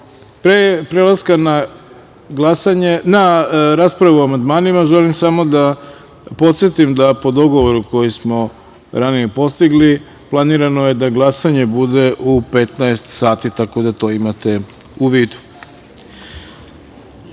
prelaska na raspravu o amandmanima, želim samo da podsetim da, po dogovoru koji smo ranije postigli, planirano je da glasanje bude u 15 sati, tako da to imate u